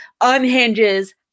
unhinges